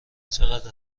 چقدر